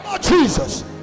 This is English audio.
Jesus